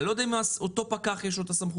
אני לא יודע אם אותו פקח, יש לו את הסמכות.